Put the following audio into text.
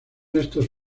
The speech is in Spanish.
estos